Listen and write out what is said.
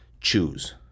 Choose